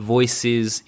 Voices